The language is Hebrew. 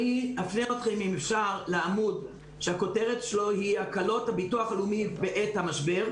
אני אפנה אתכם לעמוד שהכותרת שלו היא "הקלות הביטוח הלאומי בעת המשב".